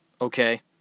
Okay